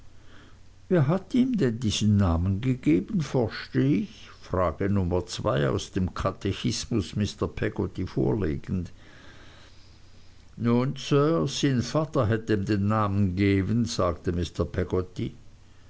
wer hat ihm denn diesen namen gegeben forschte ich frage nummer zwei aus dem katechismus mr peggotty vorlegend nun sir sien vadder hett em den namen gewen sagte mr peggotty